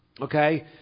Okay